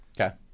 Okay